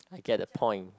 I get the point